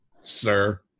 Sir